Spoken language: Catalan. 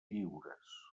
lliures